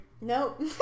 Nope